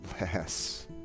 less